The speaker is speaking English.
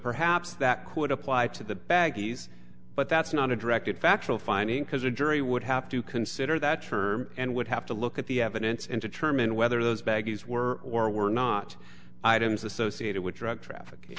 perhaps that could apply to the baggies but that's not a directed factual finding because a jury would have to consider that term and would have to look at the evidence in determine whether those baggies were or were not items associated with drug trafficking